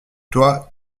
toi